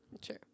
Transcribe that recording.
Sure